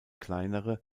kleinere